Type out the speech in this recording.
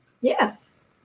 Yes